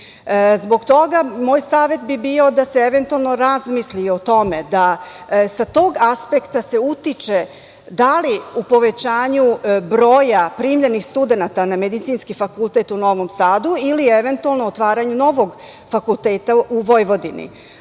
toga, moj savet bi bio da se eventualno razmisli o tome. Sa tog aspekta se utiče da li u povećanju broja primljenih studenata na Medicinski fakultet u Novom Sadu ili eventualno o otvaranju novog fakulteta u Vojvodini. Ako